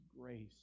grace